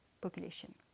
population